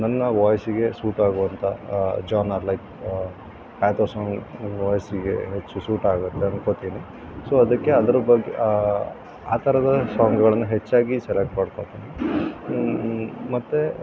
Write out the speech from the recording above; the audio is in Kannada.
ನನ್ನ ವಾಯ್ಸಿಗೆ ಸೂಟ್ ಆಗುವಂಥ ಜಾನರ್ ಲೈಕ್ ಪಾಥೋ ಸಾಂಗ್ ವಾಯ್ಸ್ಗೆ ಹೆಚ್ಚು ಸೂಟ್ ಆಗುತ್ತೆ ಅಂದ್ಕೊಳ್ತೀನಿ ಸೊ ಅದಕ್ಕೆ ಅದ್ರ ಬಗ್ಗೆ ಆ ಥರದ ಸಾಂಗ್ಗಳನ್ನು ಹೆಚ್ಚಾಗಿ ಸೆಲೆಕ್ಟ್ ಮಾಡ್ಕೊಳ್ತೀನಿ ಮತ್ತೆ